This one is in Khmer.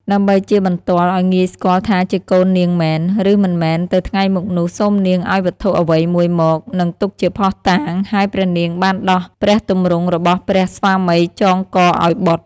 ដើម្បីជាបន្ទាល់ឲ្យងាយស្គាល់ថាជាកូននាងមែន ឬមិនមែនទៅថ្ងៃមុខនោះ សូមនាងឲ្យវត្ថុអ្វីមួយមក នឹងទុកជាភស្តុតាង ហើយព្រះនាងបានដោះព្រះទម្រង់របស់ព្រះស្វាមីចងកឱ្យបុត្រ។